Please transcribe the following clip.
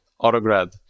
autograd